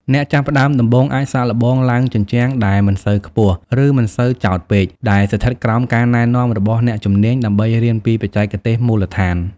អ្នកចាប់ផ្តើមដំបូងអាចសាកល្បងឡើងជញ្ជាំងដែលមិនសូវខ្ពស់ ឬមិនសូវចោតពេក ដែលស្ថិតក្រោមការណែនាំរបស់អ្នកជំនាញដើម្បីរៀនពីបច្ចេកទេសមូលដ្ឋាន។